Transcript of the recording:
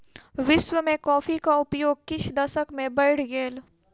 विश्व में कॉफ़ीक उपयोग किछ दशक में बैढ़ गेल